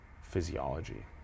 physiology